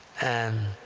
and